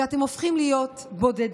אתם הופכים להיות בודדים,